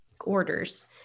orders